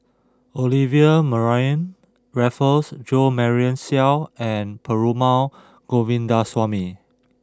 Olivia Mariamne Raffles Jo Marion Seow and Perumal Govindaswamy